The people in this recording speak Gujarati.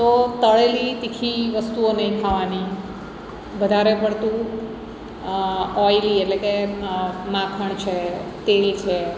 તો તળેલી તીખી વસ્તુઓ નહીં ખાવાની વધારે પડતું ઓઈલી એટલે કે માખણ છે તેલ છે